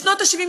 בשנות ה-70,